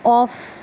off